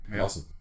Awesome